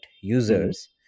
users